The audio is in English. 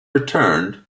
returned